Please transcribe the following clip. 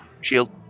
Shield